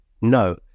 no